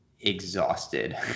exhausted